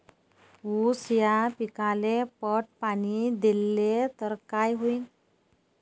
ऊस या पिकाले पट पाणी देल्ल तर काय होईन?